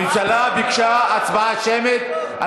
הממשלה ביקשה הצבעה שמית,